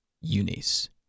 unis